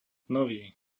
nový